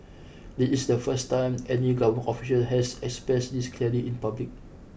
this is the first time any government official has expressed this clearly in public